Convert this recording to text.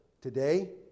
Today